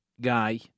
guy